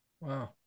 Wow